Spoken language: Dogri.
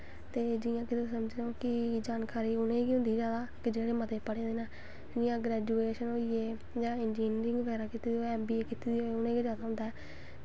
ते जि'यां कि तुस समझी लैओ जानकारी उ'नें गी होंदी जादा कि जेह्ड़े पढ़े दे न जादा कि जि'यां ग्रैजुएशन होइये जि'नें इनजिनरिंग बगैरा कीती दी होई ऐम्म बी कीती दी होऐ उ'नें गी गै जादा होंदा ऐ